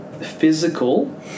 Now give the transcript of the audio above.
physical